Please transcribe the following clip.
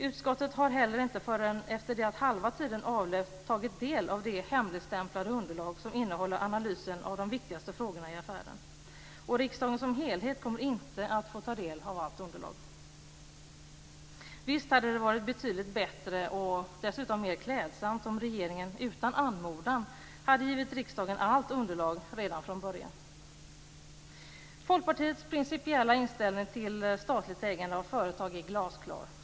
Utskottet har inte heller förrän efter det att halva tiden avlöpt fått ta del av det hemligstämplade underlag som innehåller analysen av de viktigaste frågorna i affären. Riksdagen som helhet kommer inte att få ta del av allt underlag. Visst hade det varit betydligt bättre och mer klädsamt om regeringen - utan anmodan - hade givit riksdagen allt underlag redan från början. Folkpartiets principiella inställning till statligt ägande av företag är glasklar.